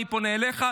אני פונה אליך,